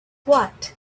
what